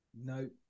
no